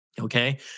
okay